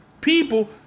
people